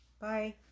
bye